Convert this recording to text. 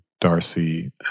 Darcy